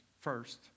first